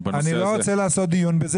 אני לא רוצה לעשות בזה דיון,